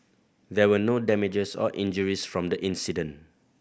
there were no damages or injuries from the incident